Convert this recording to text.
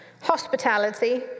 Hospitality